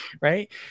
right